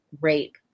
rape